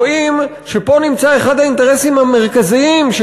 רואים שפה נמצא אחד האינטרסים המרכזיים של